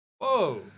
Whoa